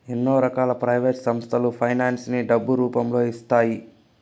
ఎన్నో రకాల ప్రైవేట్ సంస్థలు ఫైనాన్స్ ని డబ్బు రూపంలో ఇస్తాయి